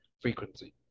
frequency